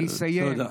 אני אסיים.